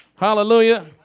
Hallelujah